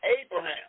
Abraham